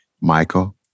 Michael